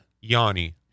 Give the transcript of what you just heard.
Yanni